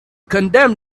condemned